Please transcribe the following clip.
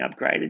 upgraded